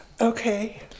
Okay